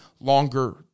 longer